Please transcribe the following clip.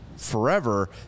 forever